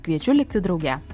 kviečiu likti drauge